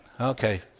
Okay